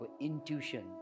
intuition